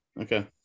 Okay